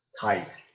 tight